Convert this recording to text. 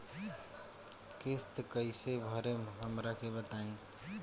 किस्त कइसे भरेम हमरा के बताई?